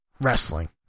wrestling